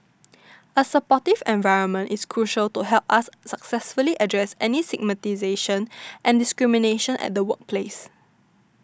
a supportive environment is crucial to help us successfully address any stigmatisation and discrimination at the workplace